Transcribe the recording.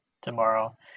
tomorrow